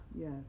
Yes